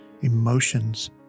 emotions